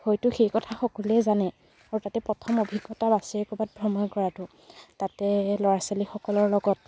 হয়তো সেই কথা সকলোৱে জানে আৰু তাতে প্ৰথম অভিজ্ঞতাও আছে ক'ৰবাত ভ্ৰমণ কৰাতো তাতে ল'ৰা ছোৱালীসকলৰ লগত